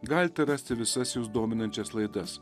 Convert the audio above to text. galite rasti visas jus dominančias laidas